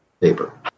paper